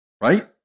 Right